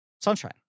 Sunshine